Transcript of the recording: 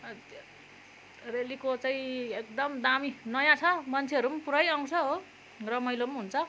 त्यहाँ रेलीको चाहिँ एकदम दामी नयाँ छ मन्छेहरू पनि पुरै आउँछ हो रमाइलो पनि हुन्छ